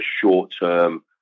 short-term